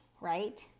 right